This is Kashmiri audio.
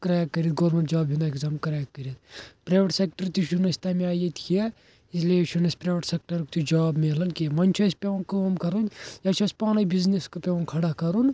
کرٛیک کٔرِتھ گورمیٚنٛٹ جاب ہُنٛد ایٚگزام کرٛیک کٔرِتھ پرٛایویٹ سیٚکٹر تہِ چھُنہٕ اسہِ تَمہِ آیہِ کیٚنٛہہ اس لیے چھُنہٕ اسہِ پرٛایویٹ سیٚکٹَرُک تہٕ جاب میلان کینٛہہ وۄنۍ چھِ اسہِ پیٚوان کٲم کَرٕنۍ یا چھ اسہِ پانٔے بِزنیٚس پیٚوان کھَڑا کَرُن